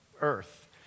earth